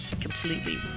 completely